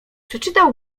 przeczytał